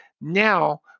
now